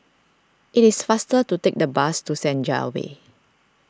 it is faster to take the bus to Senja Way